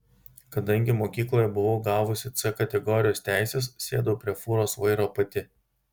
kadangi mokykloje buvau gavusi c kategorijos teises sėdau prie fūros vairo pati